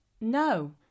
No